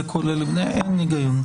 זה כולל בני דוד ודודה.